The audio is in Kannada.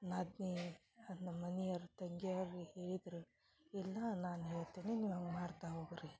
ನಾದ್ನೀ ಅದು ನಮ್ಮ ಮನಿಯರ ತಂಗಿ ಅವ್ರ ರೀ ಹೇಳಿದರು ಎಲ್ಲಾ ನಾನು ಹೇಳ್ತೀನಿ ನೀವು ಹಂಗ ಮಾಡ್ತಾ ಹೋಗಿ ರೀ